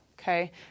Okay